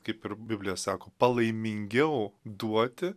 kaip ir biblija sako palaimingiau duoti